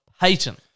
Payton